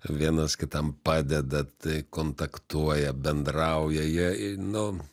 vienas kitam padeda tai kontaktuoja bendrauja jie nu